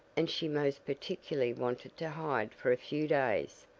and she most particularly wanted to hide for a few days.